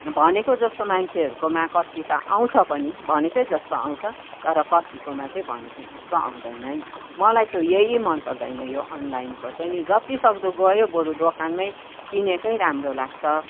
भनेको जस्तो मान्छेहरूकोमा कत्ति त आउँछ पनि भनेकै जस्तो आउँछ तर कतिकोमा चाहिँ भनेको जस्तो आउँदैन है मलाई चाहिँ यही मन पर्दैन यो अनलाइनको चाहिँ नि जति सक्दो गयो बरु दोकानमै किनेकै राम्रो लाग्छ